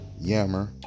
Yammer